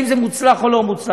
אם זה מוצלח או לא מוצלח.